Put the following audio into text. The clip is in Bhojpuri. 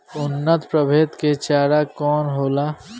उन्नत प्रभेद के चारा कौन होला?